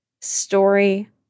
story